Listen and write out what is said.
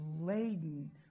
laden